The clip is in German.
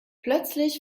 plötzlich